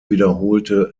wiederholte